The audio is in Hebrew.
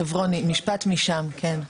חברוני, משפט מהמקום, בבקשה.